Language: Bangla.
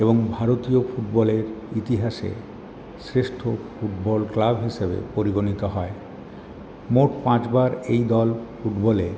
এবং ভারতীয় ফুটবলের ইতিহাসে শ্রেষ্ঠ ফুটবল ক্লাব হিসাবে পরিগণিত হয় মোট পাঁচবার এই দল ফুটবলে